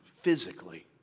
physically